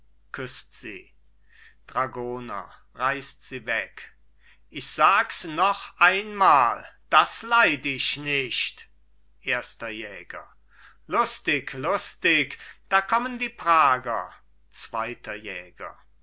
sie dragoner reißt sie weg ich sags noch einmal das leid ich nicht erster jäger lustig lustig da kommen die prager zweiter jäger